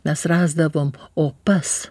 mes rasdavom opas